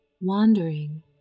wandering